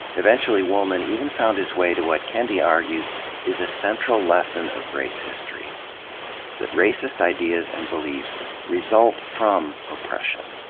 eventually, woolman even found his way to what kendi argues is a central lesson of race history that racist ideas and beliefs result from oppression,